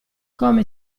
come